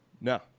No